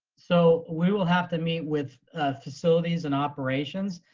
so we will have to meet with facilities and operations,